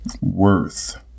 Worth